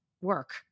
work